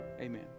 Amen